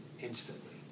instantly